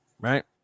right